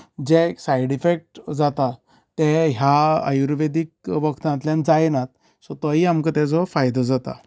जे side effect जाता ते ह्या आयुर्वेदीक वखदांतल्यान जायनात सो तोय आमकां ताचो फायदो जाता